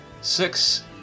Six